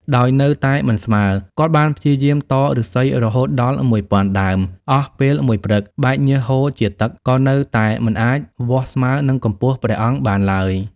ដោយនៅតែមិនស្មើ គាត់បានព្យាយាមតឫស្សីរហូតដល់មួយពាន់ដើម អស់ពេលមួយព្រឹក បែកញើសហូរជាទឹក ក៏នៅតែមិនអាចវាស់ស្មើនឹងកម្ពស់ព្រះអង្គបានឡើយ។